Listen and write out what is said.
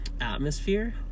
atmosphere